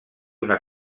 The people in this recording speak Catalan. una